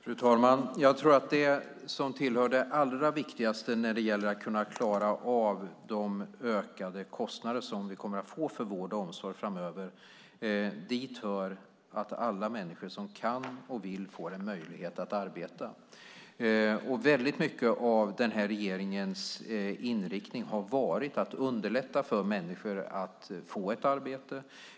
Fru talman! Jag tror att det som tillhör det allra viktigaste när det gäller att kunna klara av de ökade kostnader som vi kommer att få för vård och omsorg framöver är att alla människor som kan och vill får en möjlighet att arbeta. Mycket av den här regeringens inriktning har varit att underlätta för människor att få ett arbete.